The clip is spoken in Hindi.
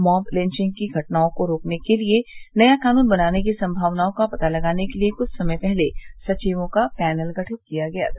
मॉब लिंचिंग की घटनाओं को रोकने के लिए नया कानून बनाने की संभावनाओं का पता लगाने के लिए क्छ समय पहले सचिवों का पैनल गठित किया गया था